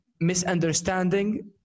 misunderstanding